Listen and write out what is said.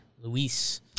Luis